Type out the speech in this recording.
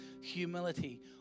humility